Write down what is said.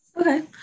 Okay